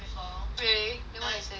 really then what they say